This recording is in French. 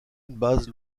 base